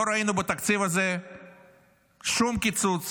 לא ראינו בתקציב הזה שום קיצוץ